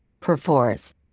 perforce